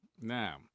Now